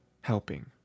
helping